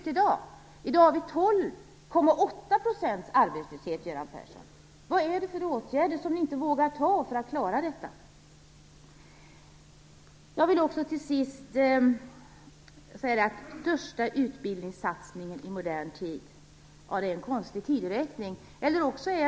Jo, i dag uppgår arbetslösheten till 12,8 %. Vad är det för åtgärder som ni inte vågar vidta för att klara detta? Till sist vill jag bara ta upp "den största utbildningssatsningen i modern tid". Ja, det är en konstig tideräkning.